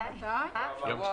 3 בעד, אין מתנגדים, נמנעת אחת.